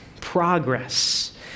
progress